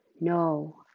no